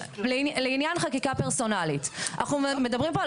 לעניין חקיקה פרסונלית: אנחנו מדברים פה על